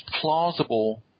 plausible